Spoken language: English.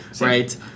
Right